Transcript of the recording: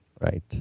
right